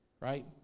right